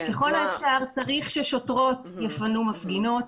ככל האפשר צריך ששוטרות יפנו מפגינות.